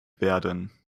werden